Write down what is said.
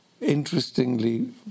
interestingly